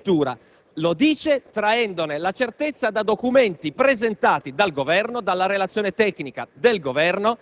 non lo dice per sua semplice congettura, ma traendone la certezza da documenti presentati dal Governo, dalla relazione tecnica del Governo